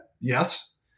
yes